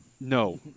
No